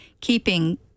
keeping